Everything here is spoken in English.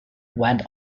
went